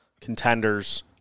contenders